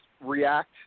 react